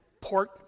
port